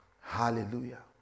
Hallelujah